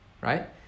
right